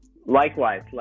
Likewise